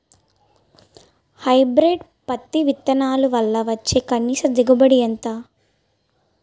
Hybrid పత్తి విత్తనాలు వల్ల వచ్చే కనీస దిగుబడి ఎంత?